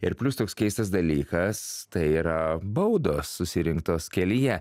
ir plius toks keistas dalykas tai yra baudos susirinktos kelyje